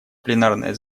пленарное